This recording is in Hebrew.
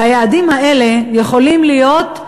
והיעדים האלה יכולים להיות,